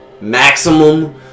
Maximum